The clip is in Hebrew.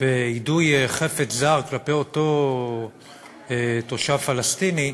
ביידוי חפץ זר כלפי אותו תושב פלסטיני,